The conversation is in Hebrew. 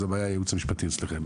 אז הבעיה היא היעוץ המשפטי אצלכם.